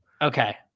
okay